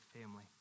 family